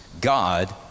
God